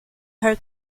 her